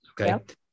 okay